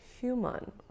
human